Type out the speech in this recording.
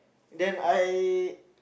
then I